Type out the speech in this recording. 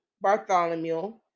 Bartholomew